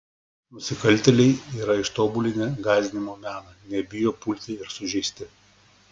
nusikaltėliai yra ištobulinę gąsdinimo meną nebijo pulti ir sužeisti